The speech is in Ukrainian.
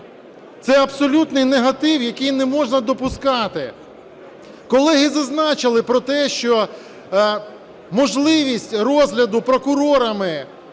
Це абсолютний негатив, який не можна допускати. Колеги зазначили про те, що можливість розгляду прокурорами